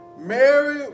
Mary